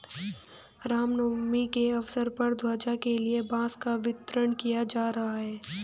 राम नवमी के अवसर पर ध्वजा के लिए बांस का वितरण किया जा रहा है